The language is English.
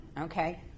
okay